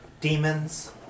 demons